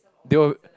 they were